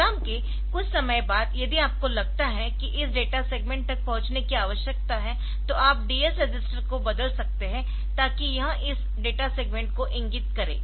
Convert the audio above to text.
programme के कुछ समय बाद यदि आपको लगता है कि इस डेटा सेगमेंट तक पहुँचने की आवश्यकता है तो आप DS रजिस्टर को बदल सकते है ताकि यह इस डेटा सेगमेंट को इंगित करे